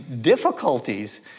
difficulties